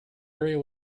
area